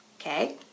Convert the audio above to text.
okay